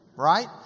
Right